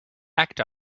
act